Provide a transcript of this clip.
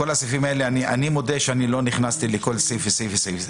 אני מודה שאני לא נכנסתי לכל סעיף וסעיף בסעיפים האלה.